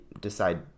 decide